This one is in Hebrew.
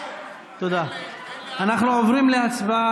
אנחנו חייבים לעבור.